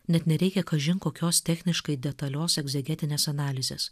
net nereikia kažin kokios techniškai detalios egzegetinės analizės